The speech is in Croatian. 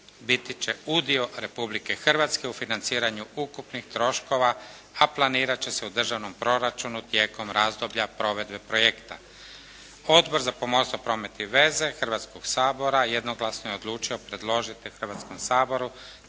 biti će udio Republike Hrvatske u financiranju ukupnih troškova, a planirat će se u državnom proračunu tijekom razdoblja provedbe projekta. Odbor za pomorstvo, promet i veze Hrvatskog sabora jednoglasno je odlučio predložiti Hrvatskom saboru